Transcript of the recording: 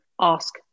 ask